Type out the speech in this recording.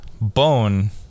bone